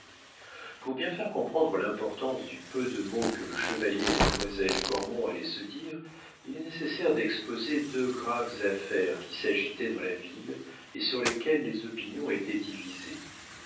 pour bien faire comprendre l'importance du peu de mots que le chevalier et mademoiselle cormon allaient se dire il est nécessaire d'exposer deux graves affaires qui s'agitaient dans la ville et sur lesquelles les opinions étaient divisées